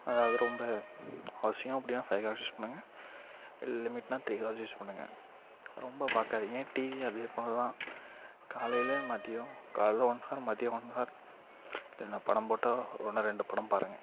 அதாவது ரொம்ப அவசியம் அப்படினா ஃபைவ் ஹவர்ஸ் யூஸ் பண்ணுங்க லிமிட்னா த்ரீ ஹவர்ஸ் யூஸ் பண்ணுங்க ரொம்ப பார்க்காதிங்க டிவி அதே போல் தான் காலையில் மதியம் காலையில் ஒன் ஹார் மதியம் ஒன் ஹார் படம் போட்டால் ஒன்று ரெண்டு படம் பாருங்க